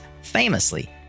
famously